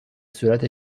صورت